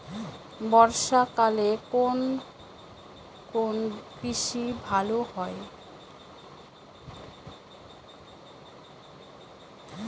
বর্ষা কালে কোন কোন কৃষি ভালো হয়?